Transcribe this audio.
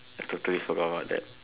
I totally forgot about that